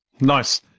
Nice